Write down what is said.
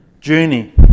journey